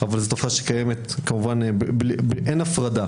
אבל אין הפרדה